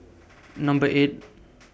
Number eight